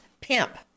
pimp